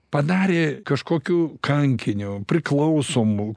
padarė kažkokiu kankiniu priklausomu